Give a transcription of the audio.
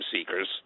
seekers